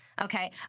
Okay